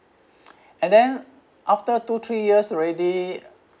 and then after two three years already